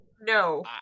No